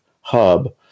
hub